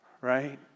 right